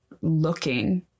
looking